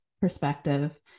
perspective